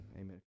amen